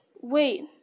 Wait